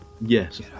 yes